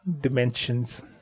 dimensions